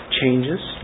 changes